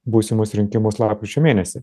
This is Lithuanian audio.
būsimus rinkimus lapkričio mėnesį